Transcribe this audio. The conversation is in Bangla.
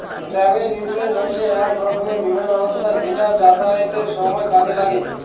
ট্রাভেল ইন্সুরেন্স হচ্ছে এক রকমের বীমা ব্যবস্থা যেটা যাতায়াতের সময় কাজে লাগে